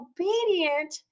obedient